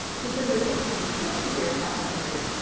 just over six hundred and fifty verified members,